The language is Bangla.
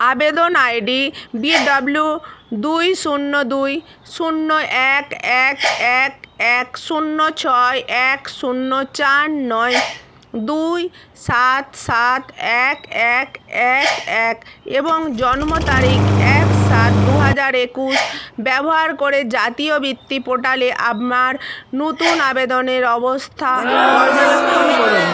আবেদন আই ডি বি ডাবলু দুই শূন্য দুই শূন্য এক এক এক এক শূন্য ছয় এক শূন্য চার নয় দুই সাত সাত এক এক এক এক এবং জন্ম তারিখ এক সাত দু হাজার একুশ ব্যবহার করে জাতীয় বৃত্তি পোর্টালে আমার নতুন আবেদনের অবস্থা পর্যবেক্ষণ করুন